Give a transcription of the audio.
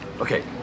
okay